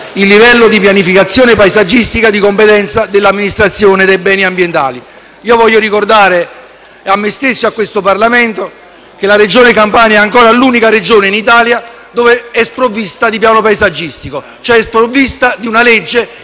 il livello di pianificazione paesaggistica di competenza dell’amministrazione dei beni ambientali. Voglio ricordare a me stesso e a questo Parlamento che la Regione Campania è ancora l’unica Regione in Italia sprovvista di un piano paesaggistico, cioè di una legge